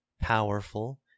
powerful